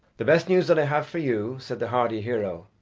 the best news that i have for you, said the hardy hero,